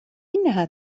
إنها